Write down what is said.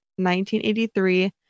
1983